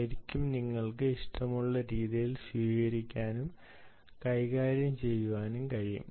ശരിക്കും നിങ്ങൾക്ക് ഇഷ്ടമുള്ള രീതിയിൽ സ്വീകരിക്കാനും കൈകാര്യം ചെയ്യാനും കഴിയും